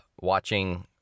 watching